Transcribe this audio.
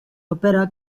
opera